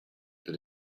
that